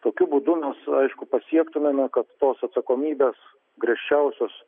tokiu būdu mes aišku pasiektumėme kad tos atsakomybės griežčiausios